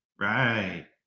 right